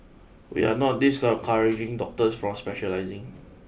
we are not discount courage in doctors from specialising